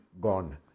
gone